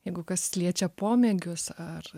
jeigu kas liečia pomėgius ar